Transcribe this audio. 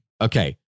Okay